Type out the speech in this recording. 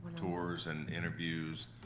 tours and interviews,